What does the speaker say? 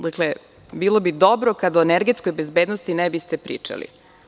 Dakle, bilo bi dobro kad o energetskoj bezbednosti ne biste pričali.